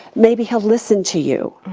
maybe he'll listen to you.